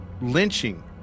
Lynching